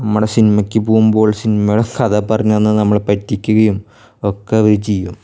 നമ്മുടെ സിനിമയ്ക്ക് പോവുമ്പോൾ സിനിമയുടെ കഥ പറഞ്ഞ് തന്ന് നമ്മളെ പറ്റിക്കുകയും ഒക്കെ അവര് ചെയ്യും